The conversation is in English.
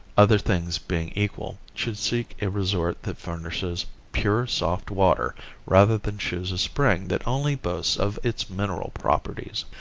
other things being equal, should seek a resort that furnishes pure, soft water rather than choose a spring that only boasts of its mineral properties.